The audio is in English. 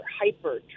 hyper